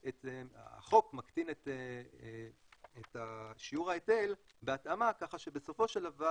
אז החוק מקטין את שיעור ההיטל בהתאמה ככה שבסופו של דבר